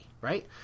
right